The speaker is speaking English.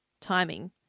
timing